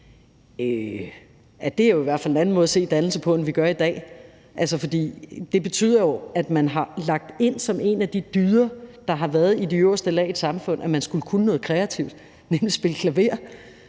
det er jo i hvert fald en anden måde at se dannelse på, end vi gør i dag. For det betyder jo, at man har lagt ind som en af de dyder, der har været i de øverste lag i et samfund, at man skulle kunne noget kreativt, nemlig spille klaver,